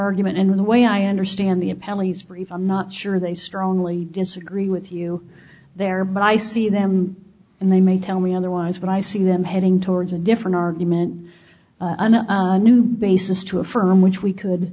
argument in the way i understand the appellant's brief i'm not sure they strongly disagree with you there but i see the and they may tell me otherwise but i see them heading towards a different argument and new basis to affirm which we could